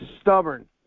stubborn